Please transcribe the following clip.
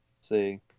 See